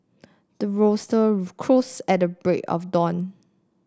the rooster crows at the break of dawn